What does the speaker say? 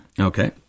Okay